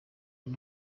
uyu